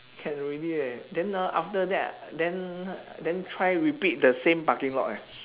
can already leh then ah after that then then try repeat the same parking lot eh